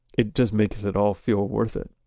it just makes it all feel worth it